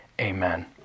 Amen